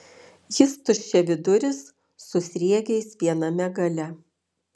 jis tuščiaviduris su sriegiais viename gale